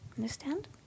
Understand